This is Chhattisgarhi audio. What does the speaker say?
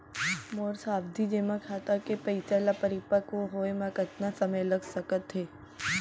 मोर सावधि जेमा खाता के पइसा ल परिपक्व होये म कतना समय लग सकत हे?